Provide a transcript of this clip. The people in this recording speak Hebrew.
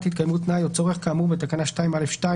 התקיימות תנאי או צורך כאמור בתקנה 2(א)(2),